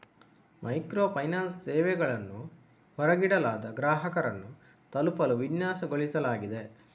micro finance ಸೇವೆಗಳನ್ನು ಹೊರಗಿಡಲಾದ ಗ್ರಾಹಕರನ್ನು ತಲುಪಲು ವಿನ್ಯಾಸಗೊಳಿಸಲಾಗಿದೆ